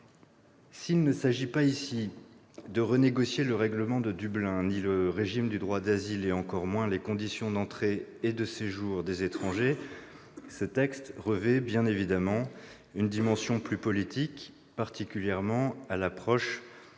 Il ne s'agit pas ici de renégocier le règlement Dublin, ni le régime du droit d'asile et encore moins les conditions d'entrée et de séjour des étrangers, mais ce texte revêt bien une dimension politique, particulièrement à l'approche de